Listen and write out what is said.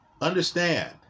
Understand